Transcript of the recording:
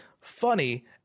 funny